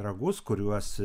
ragus kuriuos